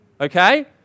Okay